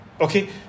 Okay